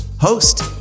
host